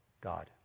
God